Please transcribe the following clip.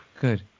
Good